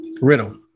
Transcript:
Riddle